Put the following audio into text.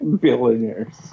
billionaires